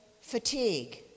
fatigue